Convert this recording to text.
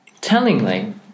Tellingly